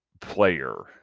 player